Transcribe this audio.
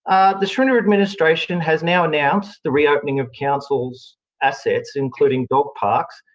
the schrinner administration has now announced the reopening of council's assets, including dog parks.